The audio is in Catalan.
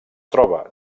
troba